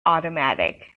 automatic